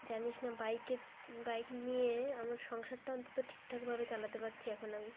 জানিস না বাইকের বাইক নিয়ে আমার সংসারটা অন্তত ঠিকঠাকভাবে চালাতে পারছি এখন আমি